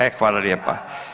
E, hvala lijepa.